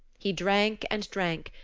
he drank and drank.